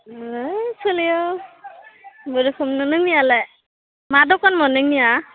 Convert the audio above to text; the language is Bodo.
ओइ सोलियो खुनुरुखुम नोंनियालाय मा दखानमोन नोंनिया